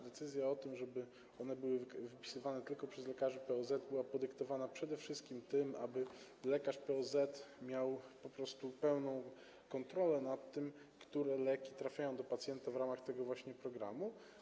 Decyzja o tym, żeby one były wypisywane tylko przez lekarzy POZ, była podyktowana przede wszystkim tym, aby lekarz POZ miał zapewnioną po prostu pełną kontrolę nad tym, jakie leki trafiają do pacjenta w ramach tego właśnie programu.